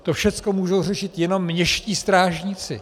To všecko můžou řešit jenom městští strážníci.